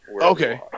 Okay